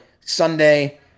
Sunday